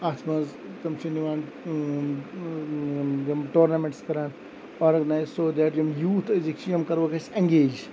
اَتھ مَنٛز تم چھِ نِوان یِم ٹورنَمنٹٕس کَران آرگنَیِز سو دیٹ یِم یوٗتھ أزِکۍ چھِ یِم کَروکھ أسۍ ایٚنگیج